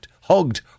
hugged